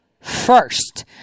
first